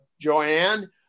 Joanne